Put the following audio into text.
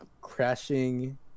crashing